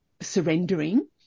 surrendering